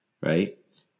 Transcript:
right